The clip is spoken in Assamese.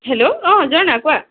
হেল্ল' অ ঝৰ্ণা কোৱা